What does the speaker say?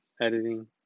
editing